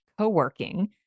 co-working